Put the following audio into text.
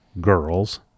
girls